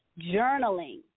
Journaling